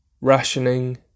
rationing